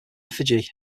effigy